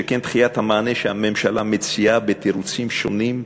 שכן דחיית המענה שהממשלה מציעה בתירוצים שונים,